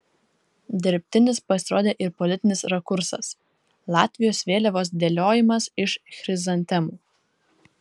dirbtinis pasirodė ir politinis rakursas latvijos vėliavos dėliojimas iš chrizantemų